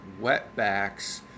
wetbacks